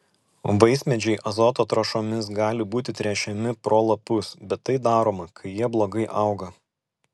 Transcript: vaismedžiai azoto trąšomis gali būti tręšiami pro lapus bet tai daroma kai jie blogai auga